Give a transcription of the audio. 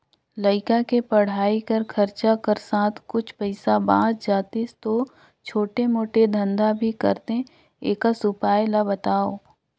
लइका के पढ़ाई कर खरचा कर साथ कुछ पईसा बाच जातिस तो छोटे मोटे धंधा भी करते एकस उपाय ला बताव?